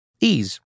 Ease